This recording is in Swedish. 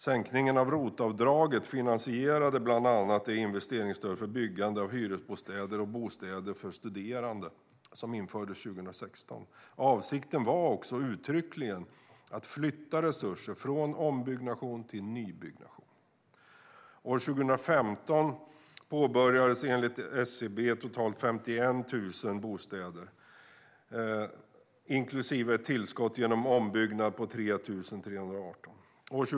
Sänkningen av ROT-avdraget finansierade bland annat det investeringsstöd för byggande av hyresbostäder och bostäder för studerande som infördes 2016. Avsikten var också uttryckligen att flytta resurser från ombyggnation till nybyggnation. År 2015 påbörjades enligt SCB totalt 51 364 bostäder, inklusive ett tillskott genom ombyggnad på 3 318 lägenheter.